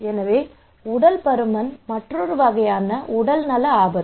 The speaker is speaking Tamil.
எனவே உடல் பருமன் மற்றொரு வகையான உடல்நல ஆபத்து